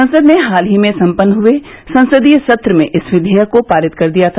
संसद ने हाल ही में सम्पन्न हुए संसदीय सत्र में इस विधेयक को पारित कर दिया था